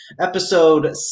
episode